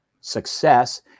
success